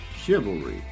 Chivalry